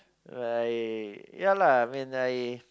right ya lah I mean I